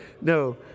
no